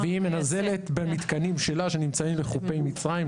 --- והיא מנזלת במתקנים שלה שנמצאים בחופי מצרים.